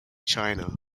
china